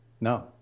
no